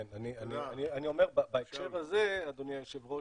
אני אומר בהקשר הזה, אדוני היושב ראש,